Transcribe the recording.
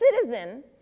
citizen